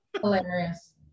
Hilarious